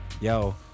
yo